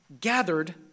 gathered